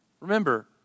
Remember